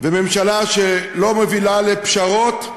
ממשלה שלא מובילה לפשרות,